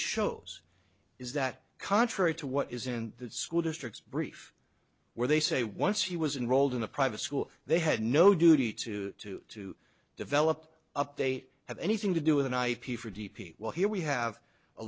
shows is that contrary to what is in that school districts brief where they say once he was unrolled in a private school they had no duty to to develop update have anything to do with an ip for d p well here we have a